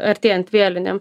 artėjant vėlinėm